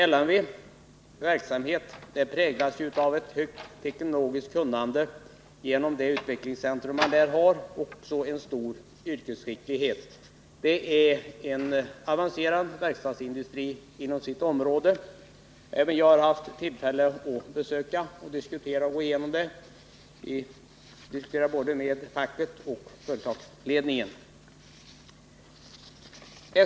LMV:s verksamhet präglas av ett högt teknologiskt kunnande genom det utvecklingscentrum man där har och en stor yrkesskicklighet. Det är en avancerad verkstadsindustri inom sitt område. Även jag har haft tillfälle att besöka företaget och diskutera med både facket och företagsledningen.